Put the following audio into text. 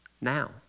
now